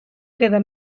queda